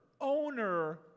owner